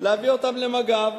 להביא אותם למג"ב.